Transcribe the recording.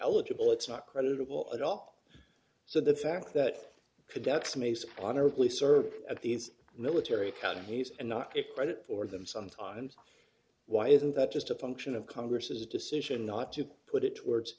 eligible it's not creditable at all so the fact that conducts mais honorably served at these military academies and not get credit for them sometimes why isn't that just a function of congress decision not to put it towards